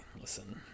listen